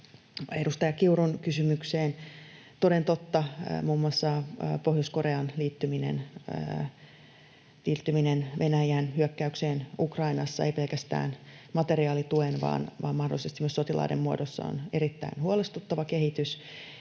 Edustaja Kiurun kysymykseen: Toden totta muun muassa Pohjois-Korean liittyminen Venäjän hyökkäykseen Ukrainassa, ei pelkästään materiaalituen vaan mahdollisesti myös sotilaiden muodossa, on erittäin huolestuttava kehitys.